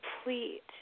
complete